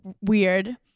weird